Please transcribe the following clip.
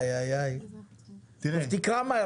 תקרא.